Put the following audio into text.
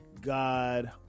god